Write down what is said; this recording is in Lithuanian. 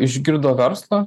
išgirdo verslą